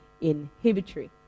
inhibitory